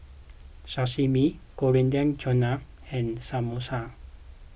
Sashimi Coriander Chutney and Samosa